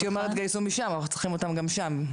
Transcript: הייתי אומרת שתגייסו משם אבל אנחנו צריכים אותם גם שם.